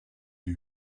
die